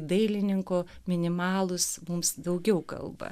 dailininko minimalūs mums daugiau kalba